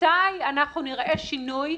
מתי אנחנו נראה שינוי?